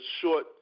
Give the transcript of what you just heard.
short